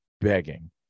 begging